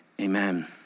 Amen